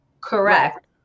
Correct